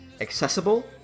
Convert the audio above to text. accessible